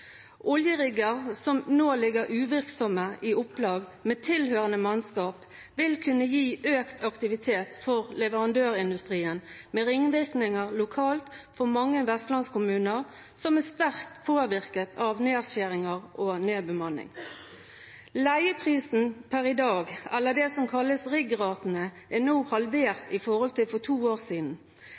Oljerigger som nå ligger uvirksomme i opplag, med tilhørende mannskap, vil kunne gi økt aktivitet for leverandørindustrien med ringvirkninger lokalt for mange vestlandskommuner som er sterkt påvirket av nedskjæringer og nedbemanning. Leieprisen per i dag, eller det som kalles riggratene, er nå halvert i forhold til for to år siden.